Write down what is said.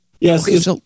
Yes